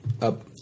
up